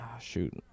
shoot